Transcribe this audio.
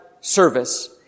service